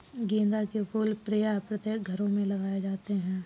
गेंदा के फूल प्रायः प्रत्येक घरों में लगाए जाते हैं